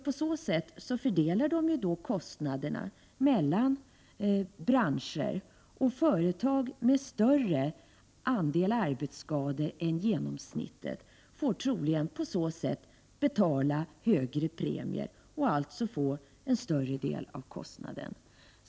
På så sätt fördelas ju kostnaderna mellan branscher, och företag med en större andel arbetsskador än genomsnittet får troligen på så sätt betala högre premier och alltså bära en större del av kostnaden.